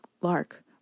Lark